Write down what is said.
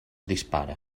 dispara